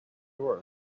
were